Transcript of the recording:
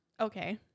okay